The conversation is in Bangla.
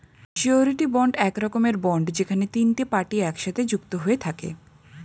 সিওরীটি বন্ড এক রকমের বন্ড যেখানে তিনটে পার্টি একসাথে যুক্ত হয়ে থাকে